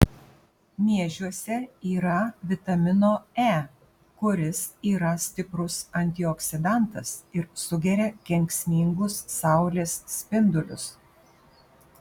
miežiuose yra vitamino e kuris yra stiprus antioksidantas ir sugeria kenksmingus saulės spindulius